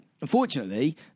unfortunately